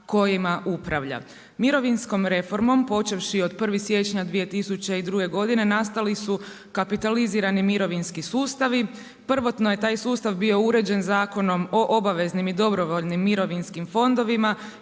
kojima upravlja. Mirovinskom reformom počevši od 1. siječnja 2002. godine nastali su kapitalizirani mirovinski sustavi. Prvotno je taj sustav bio uređen Zakonom o obaveznim i dobrovoljnim mirovinskim fondovima